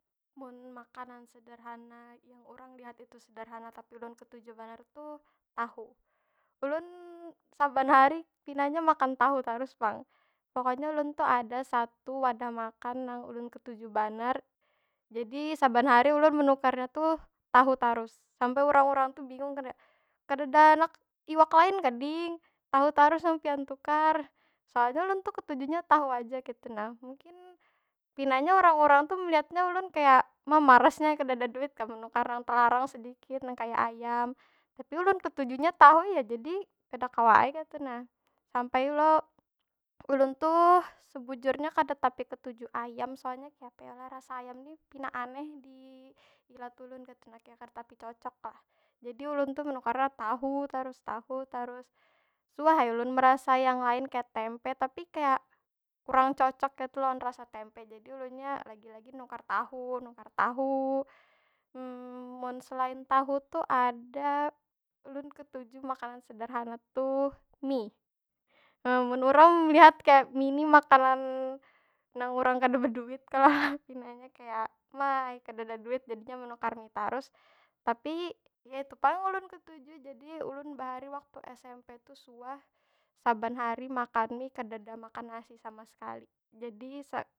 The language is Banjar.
Mun makanan sederhana yang urang lihat itu sederhana, tapi ulun ketuju banar tuh tahu. Ulun saban hari pinanya makan tahu tarus pang. Pokonya ulun tu ada satu wadah makan nang ulun ketujui banar. Jadi saban hari ulun menukarnya tuh tahu tarus. Sampe urang- urang tu bingung, kada kadeda handak iwak lain kah ding? Tahu tarus nang pian tukar. Soalnya tu ulun ketujunya tahu aja kaytu nah. Mungkin, pinanya urang- urang tu melihatnya ulun kaya, ma marasnya ai kadada duit kah menukar nang telarang sedikit, nang kaya ayam. Tapi ulun ketujunya tahu ya jadi, kada kawa ai kaytu nah. Sampai lo, ulun tuh sebujurnya kada tapi ketuju ayam. Soalnya kayapa yo lah, rasa ayam nih pina aneh di ilat ulun kaytu nah. Kaya kada tapi cocok lah. Jadi ulun tu menukarnya tahu tarus tahu tarus. Suah ai ulun merasai yang lain kaya tempe, tapi kaya, kurang cocok kaytu lawan rasa tempe. Jadi ulunnya lagi- lagi nukar tahu, nukar tahu. mun selain tahu tu, ada ulun ketuju makanan sederhana tuh, mie. Nah, mun urang melihat kaya mie ni makanan nang urang kada beduit kalo pinanya kaya, ma ai kadada duit jadinya menukar mie tarus. Tapi, ya itu pang ulun ketuju. Jadi ulun bahari waktu smp tu suah saban hari makan mie kadeda makan nasi sama sekali. Jadi sa.